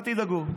אל תדאגו.